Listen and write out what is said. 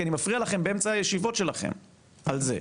כי אני מפריע לכם באמצע הישיבות שלכם על זה.